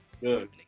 Good